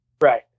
right